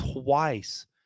twice